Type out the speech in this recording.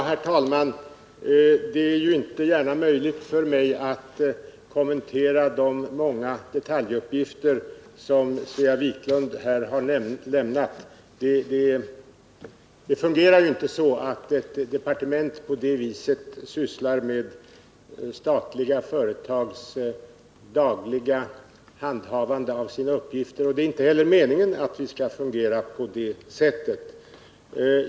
Herr talman! Det är ju inte möjligt för mig att kommentera de många detaljuppgifter som Svea Wiklund här har lämnat. Det fungerar inte så, att ett departement på det viset sysslar med statliga företags dagliga handhavande av sina uppgifter. Det är inte heller meningen att vi skall fungera på det sättet.